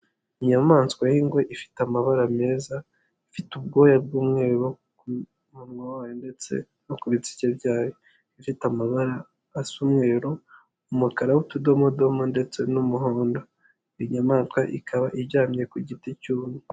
Inyamaswa y'ingwe ifite amabara meza, ifite ubwoya bw'umweru ku munwa wayo ndetse no ku bitsike byayo, ifitefite amabara asa umweruru, umukara w'utudomodomo ndetse n'umuhondo, iyi nyayamaswa ikaba iryamye ku giti cyumye.